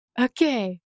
Okay